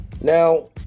Now